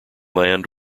land